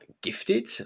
gifted